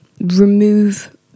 remove